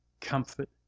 comfort